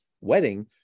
wedding